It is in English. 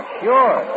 sure